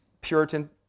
Puritan